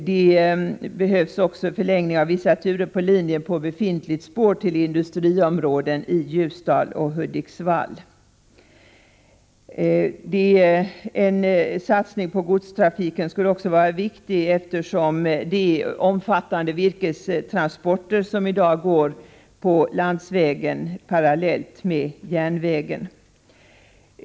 Det behövs också en förlängning av vissa turer på linjer på befintligt spår till industriområden i Ljusdal och Hudiksvall. En satsning på godstrafik skulle också vara viktig, eftersom de omfattande virkestransporterna i dag går på landsväg parallellt med järnvägen.